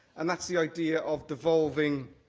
and that's the idea of devolving